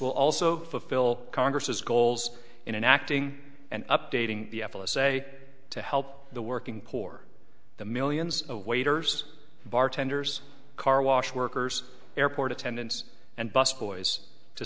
will also fulfill congress goals in acting and updating the f s a to help the working poor the millions of waiters bartenders car wash workers airport attendants and busboys to